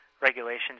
regulations